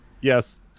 Yes